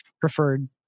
preferred